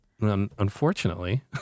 Unfortunately